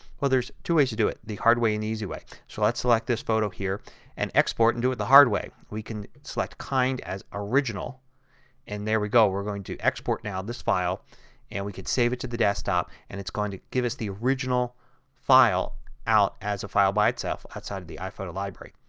well there is two ways to do it, the hard way and the easy way. so let's select this photo here and export and do it the hard way. we can select kind as original and there we go. we're going to export now this file and we could save it to the desktop and it's going to give us the original file out as a file by itself outside of the iphoto library.